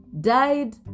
died